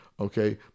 Okay